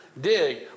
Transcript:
dig